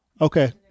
Okay